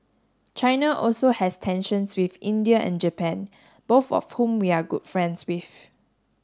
China also has tensions with India and Japan both of whom we are good friends with